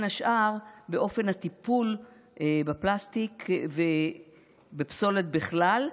השאר באופן הטיפול בפלסטיק ובפסולת בכלל,